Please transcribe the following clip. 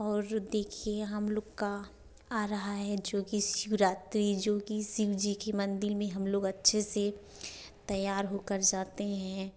और देखिए हम लोग का आ रहा है जो कि शिवरात्री जो कि शिव जी की मंदिर में हम लोग अच्छे से तैयार होकर जाते हैं